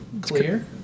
clear